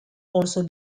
also